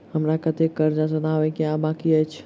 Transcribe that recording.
हमरा कतेक कर्जा सधाबई केँ आ बाकी अछि?